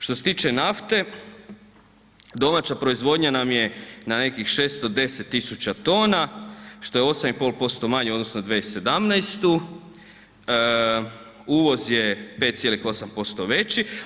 Što se tiče nafte, domaća proizvodnja nam je na nekih 610.000 tona što je 8,5% manje u odnosu na 2017., uvoz je 5,8% veći.